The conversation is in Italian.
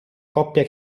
coppia